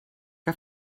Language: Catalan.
que